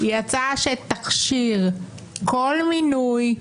היא הצעה שתכשיר כל מינוי,